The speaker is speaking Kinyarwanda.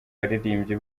baririmbyi